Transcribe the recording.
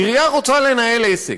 עירייה רוצה לנהל עסק,